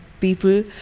people